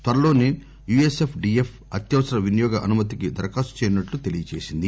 త్వరలోనే యూఎస్ఎఫ్డీఏ అత్యవసర వినియోగ అనుమతికి దరఖాస్తు చేయనున్నట్టు తెలిపింది